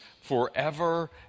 forever